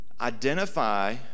Identify